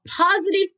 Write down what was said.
positive